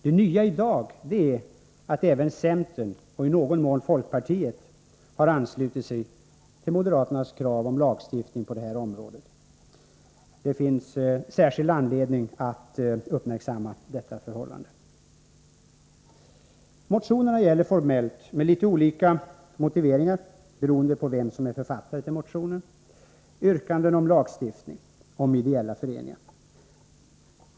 Det nya i dag är att även centern och folkpartiet har anslutit sig till moderaternas krav på lagstiftning på detta området. Det finns anledning att särskilt uppmärksamma detta förhållande. Motionerna gäller formellt — kanske med litet olika motiveringar, beroende på vem som är författare — yrkanden om lagstiftning om ideella föreningar.